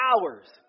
hours